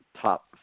top